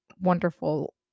wonderful